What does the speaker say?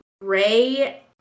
Ray